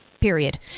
Period